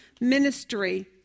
ministry